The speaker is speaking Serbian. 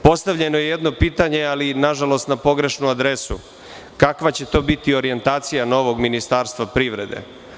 Postavljeno je jedno pitanje, ali je nažalost, na pogrešnu adresu -kakva će to biti orijentacija novog ministarstva privrede?